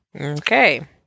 Okay